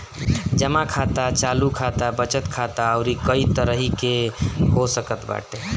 जमा खाता चालू खाता, बचत खाता अउरी कई तरही के हो सकत बाटे